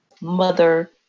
mother